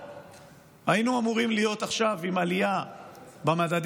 היינו אמורים להיות עכשיו עם עלייה של